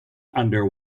under